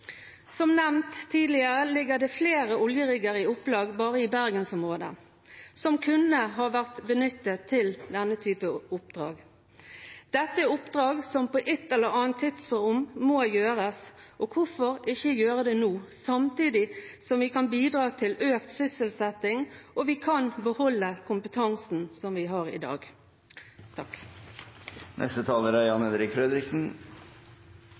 Som nevnt tidligere ligger det flere oljerigger i opplag bare i bergensområdet som kunne ha vært benyttet til denne typen oppdrag. Dette er oppdrag som på et eller annet tidspunkt må gjøres. Hvorfor ikke gjøre det nå, samtidig som vi kan bidra til økt sysselsetting, og beholde kompetansen som vi har i dag?